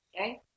Okay